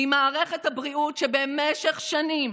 ממערכת הבריאות, שבמשך שנים